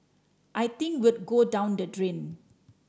I think we'd go down the drain